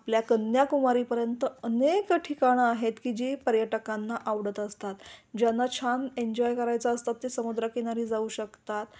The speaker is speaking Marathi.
आपल्या कन्याकुमारीपर्यंत अनेक ठिकाणं आहेत की जी पर्यटकांना आवडत असतात ज्यांना छान एन्जॉय करायचं असतात ते समुद्रकिनारी जाऊ शकतात